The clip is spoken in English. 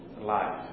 life